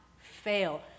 fail